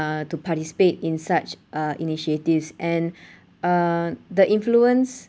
uh to participate in such uh initiatives and uh the influence